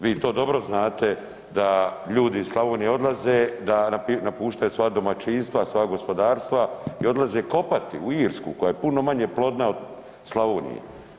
Vi to dobro znate da ljudi iz Slavonije odlaze, da napuštaju svoja domaćinstva, svoja gospodarstva i odlaze kopati u Irsku koja je puno manje plodna od Slavonije.